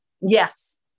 Yes